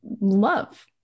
love